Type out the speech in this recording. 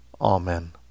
Amen